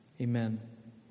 Amen